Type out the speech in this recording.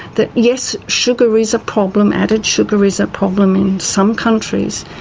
that yes, sugar is a problem, added sugar is a problem in some countries,